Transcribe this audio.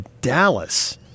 Dallas